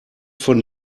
von